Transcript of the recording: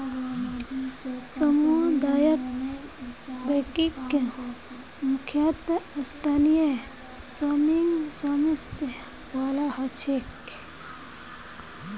सामुदायिक बैंकिंग मुख्यतः स्थानीय स्वामित्य वाला ह छेक